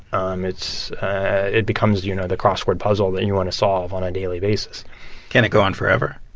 um it's it becomes, you know, the crossword puzzle that you want to solve on a daily basis can it go on forever?